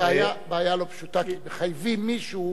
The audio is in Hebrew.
בעיה לא פשוטה, כי מחייבים מישהו